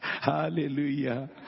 hallelujah